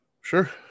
Sure